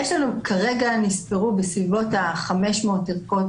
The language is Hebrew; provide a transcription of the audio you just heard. כרגע נספרו בסביבות ה-500 ערכות.